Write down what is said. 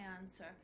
answer